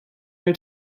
know